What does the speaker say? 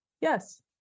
Yes